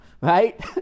right